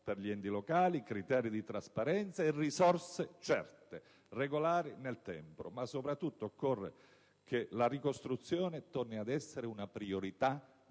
per gli enti locali, criteri di trasparenza e risorse certe, regolari nel tempo. Ma, soprattutto, occorre che la ricostruzione torni ad essere una priorità nazionale,